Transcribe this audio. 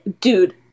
dude